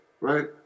right